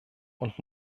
und